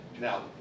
Now